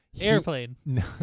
airplane